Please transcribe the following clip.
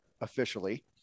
officially